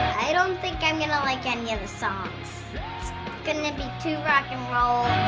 i don't think i'm gonna like any of the songs. it's gonna be too rock and roll.